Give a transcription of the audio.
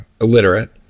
illiterate